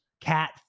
cat